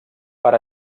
per